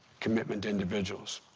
commitment to individuals.